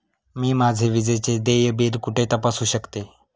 मी माझे विजेचे देय बिल कुठे तपासू शकते?